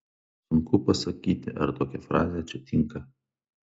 sunku pasakyti ar tokia frazė čia tinka